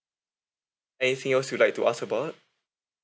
anything else you'd like to ask about